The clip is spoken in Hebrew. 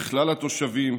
לכלל התושבים.